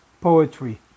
poetry